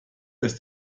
ist